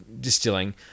distilling